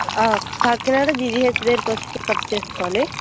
ఆ కాకినాడ జీవీఎస్ఆర్కి వచ్చి పికప్ చేసుకోవాలి